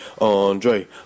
Andre